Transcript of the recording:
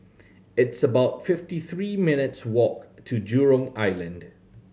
it's about fifty three minutes' walk to Jurong Island